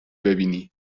ببینی